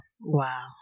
Wow